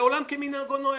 ועולם כמנהגו נוהג.